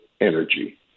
energy